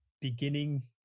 beginning